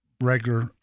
regular